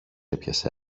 έπιασε